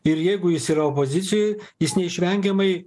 ir jeigu jis yra opozicijoj jis neišvengiamai